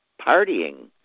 partying